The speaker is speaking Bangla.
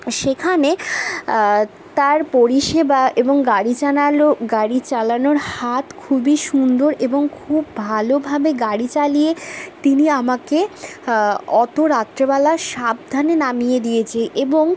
সেখানে তার পরিষেবা এবং গাড়ি চানালো গাড়ি চালানোর হাত খুবই সুন্দর এবং খুব ভালোভাবে গাড়ি চালিয়ে তিনি আমাকে অত রাত্রিবেলা সাবধানে নামিয়ে দিয়েছে এবং